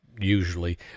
usually